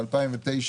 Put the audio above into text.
ב-2009